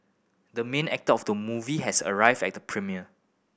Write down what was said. the main actor of the movie has arrived at the premiere